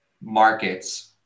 markets